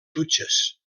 dutxes